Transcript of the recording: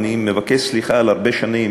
אני מבקש סליחה על הרבה שנים